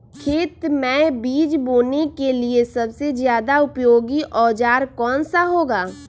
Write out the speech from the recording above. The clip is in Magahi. खेत मै बीज बोने के लिए सबसे ज्यादा उपयोगी औजार कौन सा होगा?